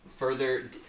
further